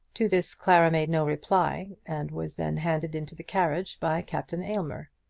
to this clara made no reply, and was then handed into the carriage by captain aylmer.